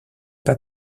pas